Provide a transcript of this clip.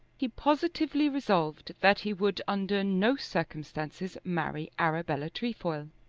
he positively resolved that he would under no circumstances marry arabella trefoil.